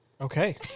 Okay